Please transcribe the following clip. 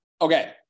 okay